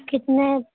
کتنے